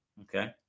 Okay